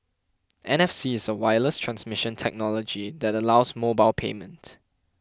N F C is a wireless transmission technology that allows mobile payment